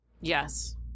Yes